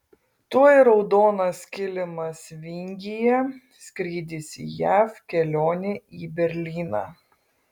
tuoj raudonas kilimas vingyje skrydis į jav kelionė į berlyną